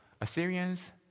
Assyrians